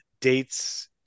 dates